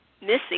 missing